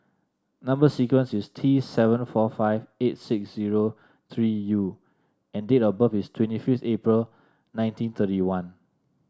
number sequence is T seven four five eight six zero three U and date of birth is twenty fifth April nineteen thirty one